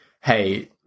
hey